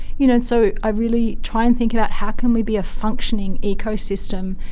you know and so i really try and think about how can we be a functioning ecosystem,